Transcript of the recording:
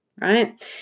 right